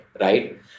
right